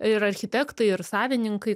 ir architektai ir savininkai